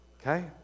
okay